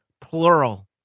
plural